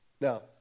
Now